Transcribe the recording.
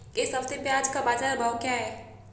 इस हफ्ते प्याज़ का बाज़ार भाव क्या है?